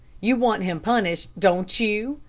you want him punished, don't you?